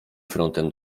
frontem